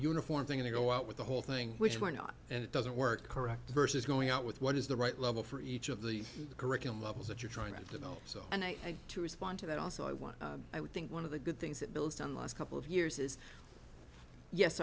uniform thing and go out with the whole thing which we're not and it doesn't work correct versus going out with what is the right level for each of the curriculum levels that you're trying to develop so and i had to respond to that also i want i would think one of the good things that bill's done last couple of years is yes